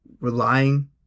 relying